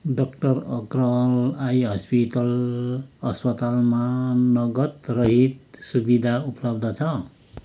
डा Agrawal eye hospital अस्पतालमा नगदरहित सुविधा उपलब्ध छ